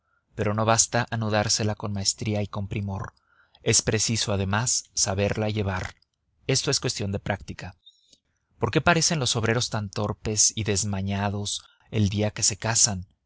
pero no basta anudársela con maestría y con primor es preciso además saberla llevar esto es cuestión de práctica por qué parecen los obreros tan torpes y desmañados el día que se casan